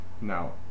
Now